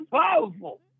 powerful